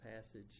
passage